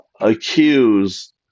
accuse